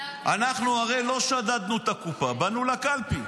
הרי אנחנו לא שדדנו את הקופה, באנו לקלפי.